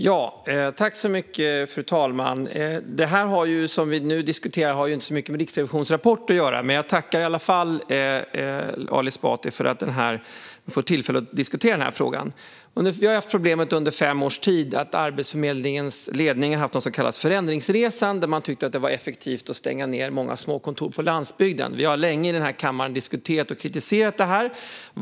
Fru talman! Det som vi nu diskuterar har inte så mycket med Riksrevisionens rapport att göra, men jag tackar i alla fall Ali Esbati för att vi får tillfälle att diskutera den här frågan. Vi har haft problemet under fem års tid att Arbetsförmedlingens ledning har haft något som kallas förändringsresan, där man har tyckt att det varit effektivt att stänga ned många små kontor på landsbygden. Vi har länge i den här kammaren diskuterat och kritiserat detta.